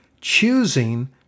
choosing